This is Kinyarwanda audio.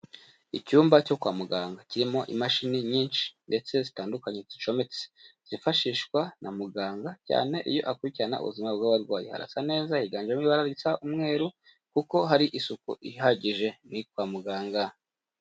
Icyumba cyo kwa muganga kirimo imashini nyinshi, ndetse zitandukanye zicometse, zifashishwa na muganga cyane iyo akurikirana ubuzima bw'abarwayi, harasa neza higanjemo ibara risa umweru, kuko hari isuku ihagije ni kwa muganga.